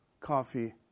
coffee